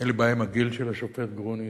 אין לי בעיה עם הגיל של השופט גרוניס.